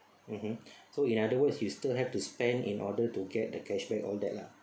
mmhmm so in other words you still have to spend in order to get the cash back all that lah